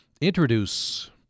introduce